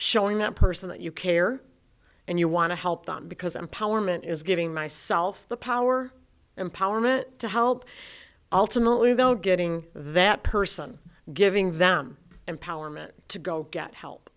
showing that person that you care and you want to help them because empowerment is giving myself the power empowerment to help ultimately go getting that person giving them empowerment to go get help